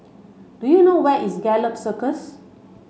do you know where is Gallop Circus